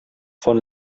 von